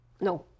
No